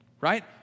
right